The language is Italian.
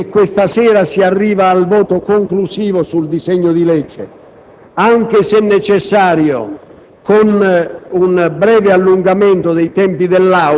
che il lavoro avviato con la sospensione di ieri è andato avanti, riconfermando l'intesa